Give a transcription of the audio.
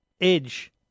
edge